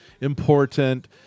important